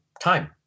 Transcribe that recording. time